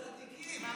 צדיקים.